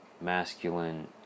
Masculine